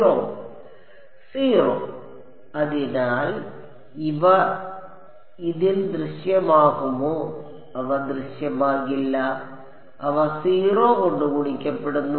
0 അതിനാൽ അവ ഇതിൽ ദൃശ്യമാകുമോ അവ ദൃശ്യമാകില്ല അവ 0 കൊണ്ട് ഗുണിക്കപ്പെടുന്നു